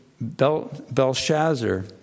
Belshazzar